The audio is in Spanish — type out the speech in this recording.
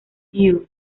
you